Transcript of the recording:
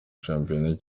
shampiyona